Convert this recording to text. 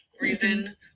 reason